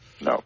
No